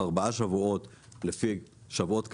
ארבעה שבועות לפי שבועות קלנדריים,